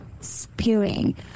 spewing